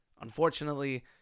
unfortunately